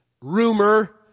rumor